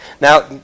Now